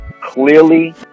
clearly